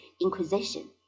inquisition